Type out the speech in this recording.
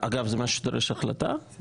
אגב, זה משהו שדורש החלטה?